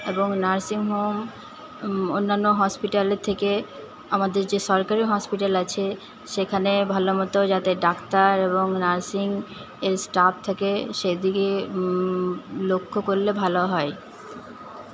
এবং নার্সিংহোম অন্যান্য হসপিটালের থেকে আমাদের যে সরকারি হসপিটাল আছে সেখানে ভালোমতো যাতে ডাক্তার এবং নার্সিংয়ের স্টাফ থাকে সেদিকে লক্ষ্য করলে ভালো হয়